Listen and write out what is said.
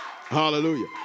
Hallelujah